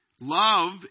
Love